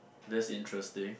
that's interesting